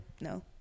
no